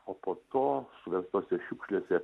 o po to suverstose šiukšlėse